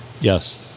Yes